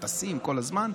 טסים כל הזמן.